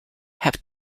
have